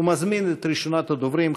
ומזמין את ראשונת הדוברים,